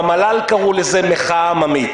במל"ל קראו לזה "מחאה עממית".